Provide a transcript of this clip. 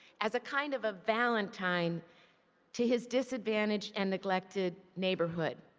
as a kind of valentine to his disadvantaged and neglected neighborhood.